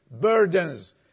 burdens